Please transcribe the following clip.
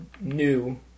new